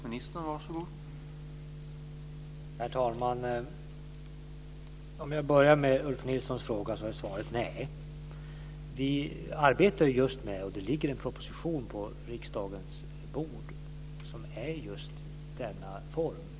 Herr talman! Om jag börjar med Ulf Nilssons fråga är svaret nej. Vi arbetar just med - det ligger en proposition på riksdagens bord - denna form.